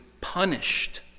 punished